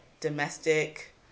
domestic